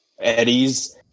Eddie's